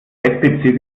bettbezüge